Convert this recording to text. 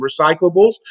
recyclables